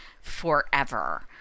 forever